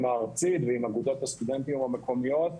הארצית ועם אגודות הסטודנטים המקומיות.